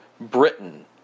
Britain